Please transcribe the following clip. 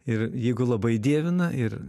ir jeigu labai dievina ir